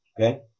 Okay